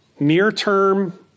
Near-term